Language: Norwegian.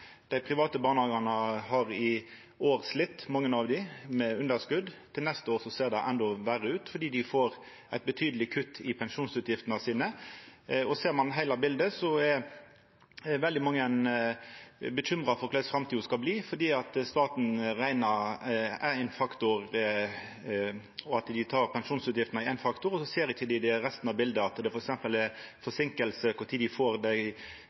dei private barnehagane har i år slite med underskot. Til neste år ser det endå verre ut fordi dei får eit betydeleg kutt i pensjonsutgiftene sine. Ser ein heile bildet, er veldig mange bekymra for korleis framtida skal bli, fordi staten reknar pensjonsutgiftene som ein faktor og ser ikkje resten av bildet, at det f.eks. er forseinkingar i kor tid dei får tilsvarande støtte som i kommunen. Så det er ganske tungt å driva private barnehagar. Mitt spørsmål er: